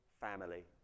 family